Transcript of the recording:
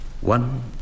One